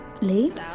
late